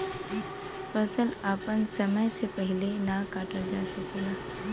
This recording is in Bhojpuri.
फसल आपन समय से पहिले ना काटल जा सकेला